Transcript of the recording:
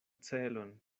celon